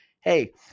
Hey